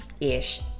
ish